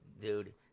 dude